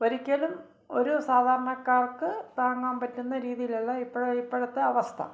ഒരിക്കെലും ഒരു സാധാരണക്കാര്ക്ക് താങ്ങാന് പറ്റുന്ന രീതിലല്ല ഇപ്പോഴത്തെ അവസ്ഥ